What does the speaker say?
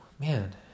Man